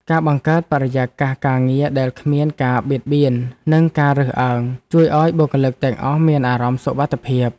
ការបង្កើតបរិយាកាសការងារដែលគ្មានការបៀតបៀននិងការរើសអើង ជួយឱ្យបុគ្គលិកទាំងអស់មានអារម្មណ៍សុវត្ថិភាព។